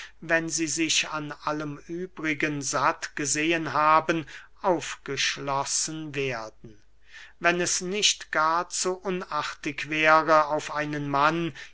wenn sie sich an allem übrigen satt gesehen haben aufgeschlossen werden wenn es nicht gar zu unartig wäre auf einen mann